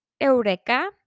Eureka